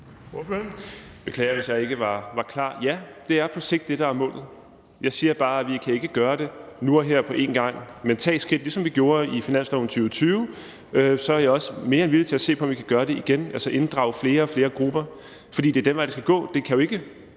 Jeg beklager, hvis jeg ikke var klar om det. Ja, det er på sigt det, der er målet. Jeg siger bare, at vi ikke kan gøre det nu og her på en gang, men må tage nogle skridt. Ligesom vi gjorde det i finansloven for 2020, er jeg også mere end villig til at se på, om vi kan gøre det igen, altså inddrage flere og flere grupper, for det er den vej, det skal gå. Det kan jo ikke